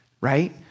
Right